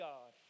God